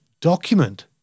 document